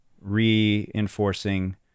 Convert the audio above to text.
reinforcing